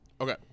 Okay